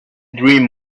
dream